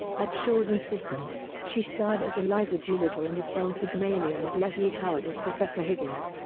at shaw's insistence, she starred as eliza doolittle in the film pygmalion with leslie howard as professor higgins.